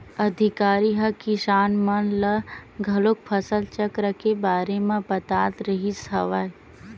अधिकारी ह किसान मन ल घलोक फसल चक्र के बारे म बतात रिहिस हवय